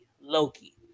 Loki